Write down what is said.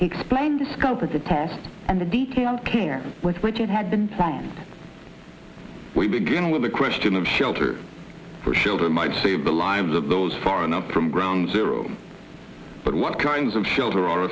he explained the scope of the path and the detail care with which it had been planned we begin with the question of shelter for shelter might save the lives of those far enough from ground zero but what kinds of shelter are